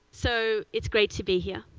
so it's great to be here.